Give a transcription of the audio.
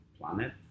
planet